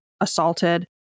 assaulted